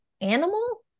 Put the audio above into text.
animal